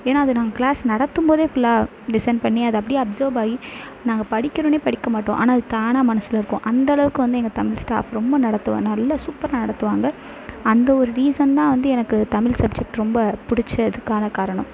ஏன்னால் அது நாங்க கிளாஸ் நடத்தும்போதே ஃபுல்லாக லிசன் பண்ணி அதை அப்படியே அபசர்வாகி நாங்கள் படிக்கணும்ன்னே படிக்க மாட்டோம் ஆனால் அது தானாக மனசில் இருக்கும் அந்தளவுக்கு வந்து எங்கள் தமிழ் ஸ்டாஃப் ரொம்ப நடத்துவார் நல்லா சூப்பராக நடத்துவாங்க அந்த ஒரு ரீசன் தான் வந்து எனக்கு தமிழ் சப்ஜெக்ட் ரொம்ப பிடிச்சதுக்கான காரணம்